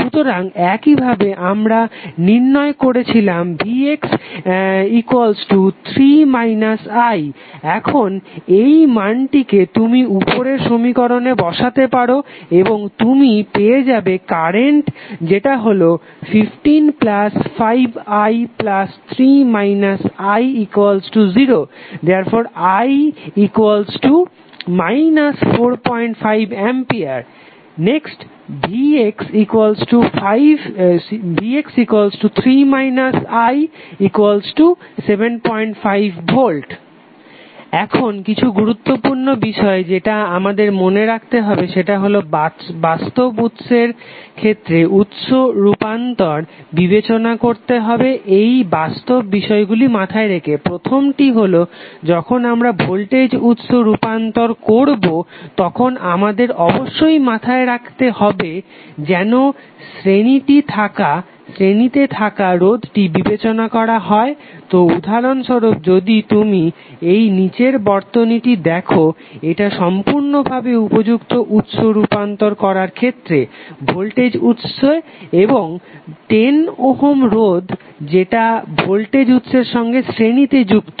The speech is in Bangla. সুতরাং একই ভাবে আমরা নির্ণয় করেছিলাম vx3 i এখন এই মানকে তুমি উপরের সমীকরণে বসাতে পারো এবং তুমি পেয়ে যাবে কারেন্ট যেটা হলো 155i3 i0⇒i 45 A vx3 i75 V এখন কিছু গুরুত্বপূর্ণ বিষয় যেটা আমাদের মনে রাখতে হবে সেটা হলো বাস্তব উৎসের ক্ষেত্রে উৎস রূপান্তর বিবেচনা করতে হবে এই বাস্তব বিষয়গুলি মাথায় রেখে প্রথমটি হলো যখন আমরা ভোল্টেজ উৎস রূপান্তর করবো তখন আমাদের অবশ্যই মাথায় রাখতে হবে যেন শ্রেণীতে থাকা রোধটিকে বিবেচনা করা হয় তো উদাহরণ স্বরূপ যদি তুমি এই নিচের বর্তনীটি দেখো এটা সম্পূর্ণভাবে উপযুক্ত উৎস রূপান্তর করার ক্ষেত্রে ভোল্টেজ উৎসে ও 10 ওহম রোধ যেটা ভোল্টেজ উৎসের সঙ্গে শ্রেণীতে যুক্ত